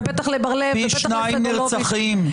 ובטח לבר-לב ובטח לסגלוביץ'